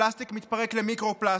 הפלסטיק מתפרק למיקרו-פלסטיק,